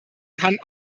kann